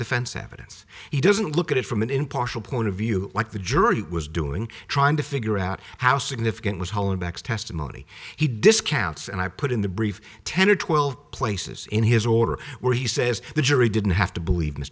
defense evidence he doesn't look at it from an impartial point of view like the jury was doing trying to figure out how significant was hollenbeck's testimony he discounts and i put in the brief ten or twelve places in his order where he says the jury didn't have to believe